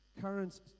Current